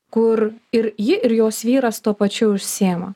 kur ir ji ir jos vyras tuo pačiu užsiima